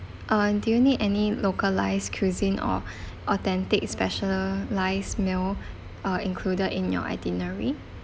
uh do you need any localised cuisine or authentic specialised meal uh included in your itinerary